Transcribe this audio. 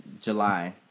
July